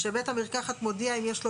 האם הוא